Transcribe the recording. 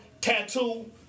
tattoo